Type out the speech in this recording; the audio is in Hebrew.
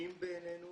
אמינים בעינינו